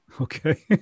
Okay